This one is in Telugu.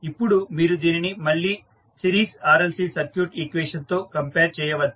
ఇప్పుడు మీరు దీనిని మళ్ళీ సిరీస్ RLC సర్క్యూట్ ఈక్వేషన్ తో కంపేర్ చేయవచ్చు